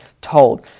told